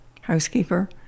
housekeeper